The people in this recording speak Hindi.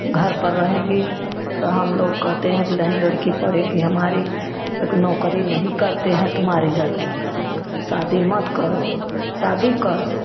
घर पर रहेगी तो हम लोग कहते हैं कि नहीं लड़की पढ़ेगी हमारी एक नौकरी नही करते हैं तुम्हारी लड़की शादी मत करो शादी कर दो